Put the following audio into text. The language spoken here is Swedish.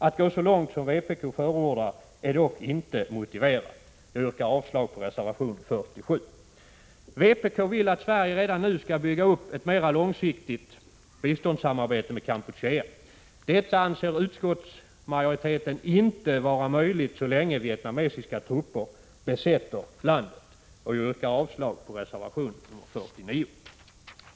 Att gå så långt som vpk förordar är dock inte motiverat. Jag yrkar avslag på reservation 47. Vpk vill att Sverige redan nu skall bygga upp ett mera långsiktigt biståndssamarbete med Kampuchea. Detta anser utskottsmajoriteten inte vara möjligt så länge vietnamesiska trupper besätter landet. Jag yrkar avslag på reservation 49.